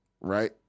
Right